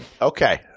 Okay